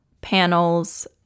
panels